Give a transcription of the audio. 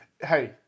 hey